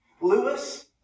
Lewis